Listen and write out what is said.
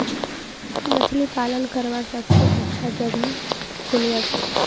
मछली पालन करवार सबसे अच्छा जगह कुनियाँ छे?